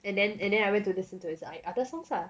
and then and then I went to listen to his other songs lah